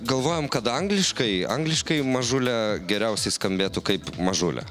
galvojom kad angliškai angliškai mažule geriausiai skambėtų kaip mažule